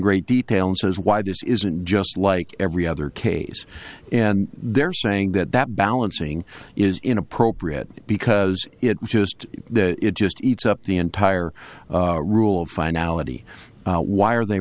great detail and says why this isn't just like every other case and they're saying that that balancing is inappropriate because it just it just eats up the entire rule of finality why are they